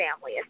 family